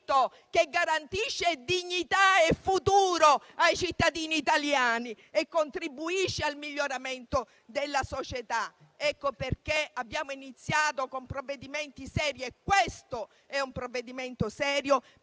che garantisce dignità e futuro ai cittadini italiani e contribuisce al miglioramento della società. Ecco perché abbiamo iniziato con provvedimenti seri, come questo, per eliminare